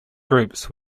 groups